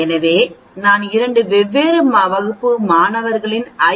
எனவே நான் 2 வெவ்வேறு வகுப்பு மாணவர்களின் ஐ